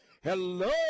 hello